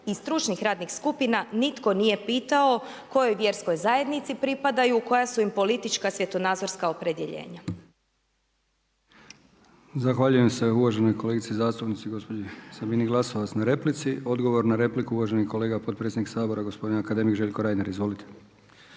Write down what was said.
i stručnih radnih skupina nitko nije pitao kojoj vjerskoj zajednici pripadaju, koja su im politička, svjetonazorska opredjeljenja. **Brkić, Milijan (HDZ)** Zahvaljujem se uvaženoj kolegici zastupnici gospođi Sabini Glasovac na replici. Odgovor na repliku uvaženi kolega potpredsjednik Sabora gospodin akademik Željko Reiner. Izvolite.